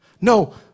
no